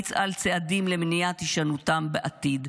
ולהמליץ על צעדים למניעת הישנותם בעתיד.